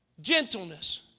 Gentleness